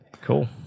Cool